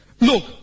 look